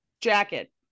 jacket